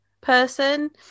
person